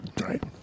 right